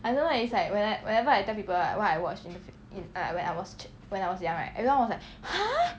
I don't like it's like we're like whatever I tell people what I watch is like when I was when I was young right everyone was like